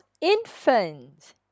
infants